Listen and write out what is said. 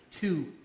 Two